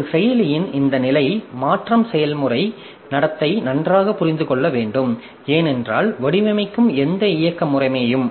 ஒரு செயலியின் இந்த நிலை மாற்றம் செயல்முறை நடத்தை நன்றாக புரிந்து கொள்ள வேண்டும் ஏனென்றால் வடிவமைக்கும் எந்த இயக்க முறைமையும்